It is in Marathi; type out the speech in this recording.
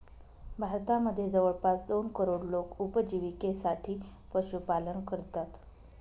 भारतामध्ये जवळपास दोन करोड लोक उपजिविकेसाठी पशुपालन करतात